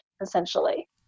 essentially